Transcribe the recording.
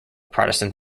protestant